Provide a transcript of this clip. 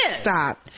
stop